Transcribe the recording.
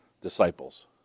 disciples